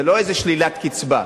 זה לא איזה שלילת קצבה.